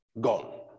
gone